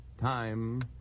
time